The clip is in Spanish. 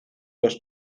los